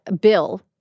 bill